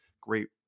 great